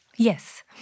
Yes